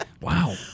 Wow